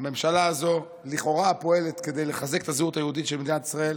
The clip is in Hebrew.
הממשלה הזו לכאורה פועלת כדי לחזק את הזהות היהודית של מדינת ישראל,